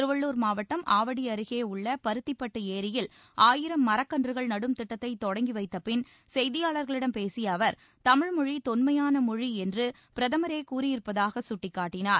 திருவள்ளர் மாவட்டம் ஆவடி அருகே உள்ள பருத்திப்பட்டு ஏரியில் ஆயிரம் மரக்கன்றுகள் நடும் திட்டத்தை தொடங்கி வைத்தபின் செய்தியாளர்களிடம் பேசிய அவர் தமிழ்மொழி தொன்மையான மொழி என்று பிரதமரே கூறியிருப்பதாக சுட்டிக்காட்டினார்